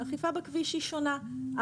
אכיפה בכביש היא שונה.